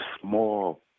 small